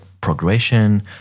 progression